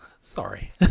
Sorry